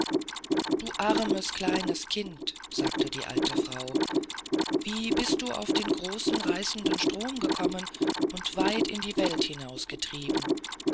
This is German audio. du kleines armes kind sagte die alte frau wie bist du doch auf den großen reißenden strom gekommen und weit in die welt hinaus